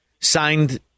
signed